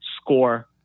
score